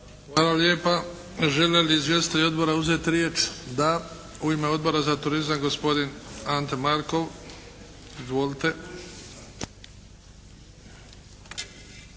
Hvala lijepa. Žele li izvjestitelji odbora uzeti riječ? Da. U ime Odbora za turizam gospodin Ante Markov. Izvolite!